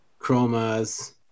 chromas